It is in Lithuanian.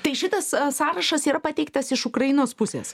tai šitas sąrašas yra pateiktas iš ukrainos pusės